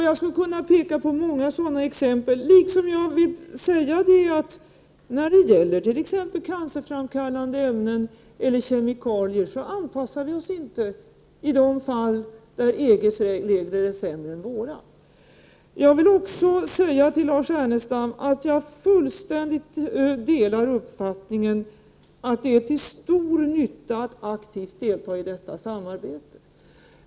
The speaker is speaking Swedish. Jag skulle kunna peka på många sådana exempel. Jag vill också säga att när det gäller cancerframkallande kemikalier anpassar vi oss inte i de fall där EG:s regler är sämre än våra. Jag vill också säga till Lars Ernestam att jag fullständigt delar uppfattningen att det är till stor nytta att aktivt delta i detta samarbete.